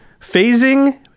Phasing